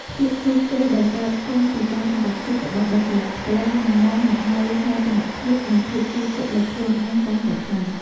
ភាពជោគជ័យដែលកើតចេញពីការសម្រេចចិត្តរបស់បុគ្គលិកផ្ទាល់នឹងនាំមកនូវមោទនភាពនិងភាពជឿជាក់លើខ្លួនឯងកាន់តែខ្លាំង។